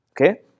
okay